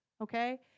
okay